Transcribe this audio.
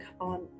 on